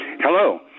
Hello